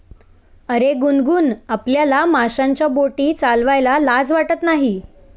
अरे गुनगुन, आपल्याला माशांच्या बोटी चालवायला लाज वाटत नाही